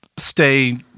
Stay